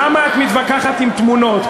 למה את מתווכחת עם תמונות?